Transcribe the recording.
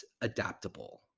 adaptable